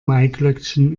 maiglöckchen